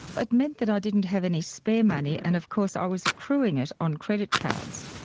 it meant that i didn't have any spare money and of course i was accruing it on credit cards.